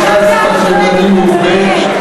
זה גז פחמימני מעובה,